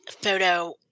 photo